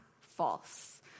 false